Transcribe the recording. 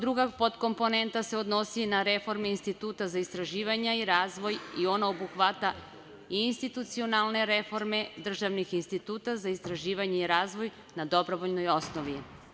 Druga podkomponenta se odnosi na reforme Instituta za istraživanja i razvoj i ona obuhvata i institucionalne reforme državnih instituta za istraživanje i razvoj na dobrovoljnoj osnovi.